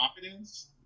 confidence